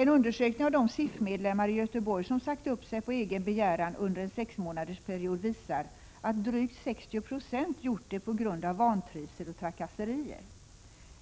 En undersökning av de SIF-medlemmar i Göteborg som sagt upp sig på egen begäran under en sexmånadersperiod visar att drygt 60 96 gjort det på grund av vantrivsel och trakasserier.